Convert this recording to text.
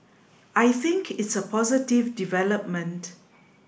I think it's a positive development